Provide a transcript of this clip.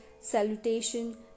salutation